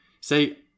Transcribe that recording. Say